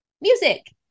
music